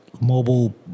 mobile